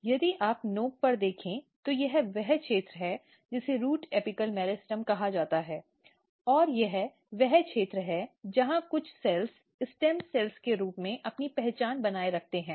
और यदि आप नोक पर देखें तो यह वह क्षेत्र है जिसे रूट एपिकल मेरिस्टेम कहा जाता है और यह वह क्षेत्र है जहाँ कुछ सेल्स स्टेम सेल के रूप में अपनी पहचान बनाए रखते हैं